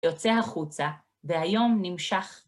יוצא החוצה והיום נמשך.